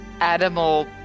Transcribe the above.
animal